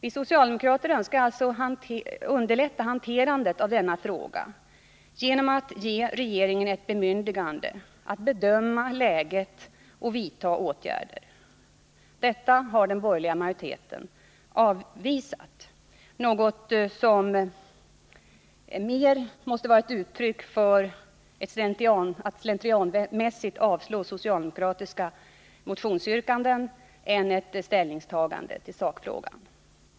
Vi socialdemokrater önskar underlätta hanterandet av denna fråga genom att ge regeringen ett bemyndigande att bedöma läget och vidta åtgärder. Detta har den borgerliga majoriteten avvisat, något som mera måste vara ett uttryck för en ovana att slentrianmässigt avslå socialdemokratiska motioner än ett ställningstagande i sakfrågan.